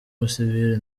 abasivili